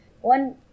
one